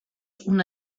una